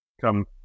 come